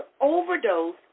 overdose